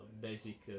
basic